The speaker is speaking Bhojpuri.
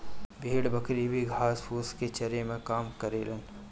भेड़ बकरी भी घास फूस के चरे में काम करेलन